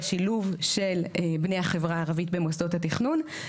בשילוב של בני החברה הערבית במוסדות התכנון.